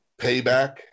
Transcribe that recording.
payback